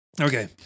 Okay